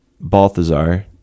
Balthazar